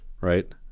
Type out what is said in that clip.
Right